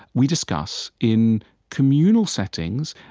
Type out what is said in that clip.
we discuss in communal settings.